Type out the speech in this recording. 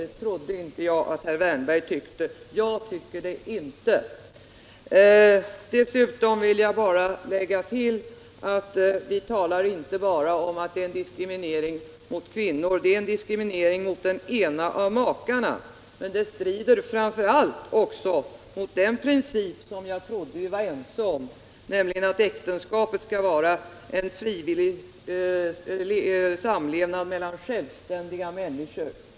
Det trodde jag inte att herr Wärnberg tyckte; jag tycker det inte. Dessutom vill jag lägga till att vi inte bara talar om detta som en diskriminering mot kvinnor, det är en diskriminering mot den ena av makarna. Det strider framför allt mot den princip jag trodde vi var ense om, nämligen att äktenskapet skall vara en frivillig samlevnad mellan självständiga människor.